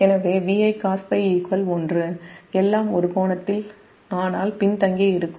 எனவே VIcos𝜱 1 எல்லாம் ஒரு கோணத்தில் ஆனால் பின்தங்கியிருக்கும்